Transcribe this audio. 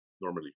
normally